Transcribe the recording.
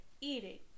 eating